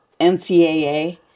NCAA